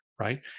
right